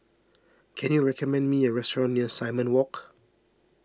can you recommend me a restaurant near Simon Walk